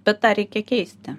bet tą reikia keisti